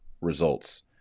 results